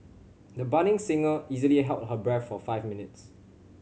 the budding singer easily held her breath for five minutes